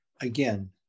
again